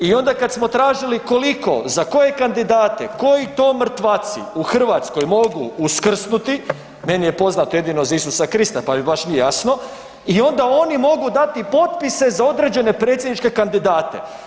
I onda kad smo tražili koliko, za koje kandidate, koji to mrtvaci u Hrvatskoj mogu uskrsnuti, meni je poznato jedino za Isusa Krista, pa mi baš nije jasno, i onda oni mogu dati potpise za određene predsjedničke kandidate.